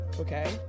okay